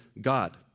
God